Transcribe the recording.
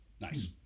Nice